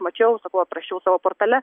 mačiau sakau aprašiau savo portale